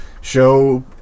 show